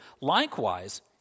Likewise